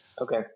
okay